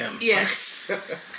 Yes